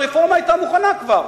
שהרפורמה היתה מוכנה כבר.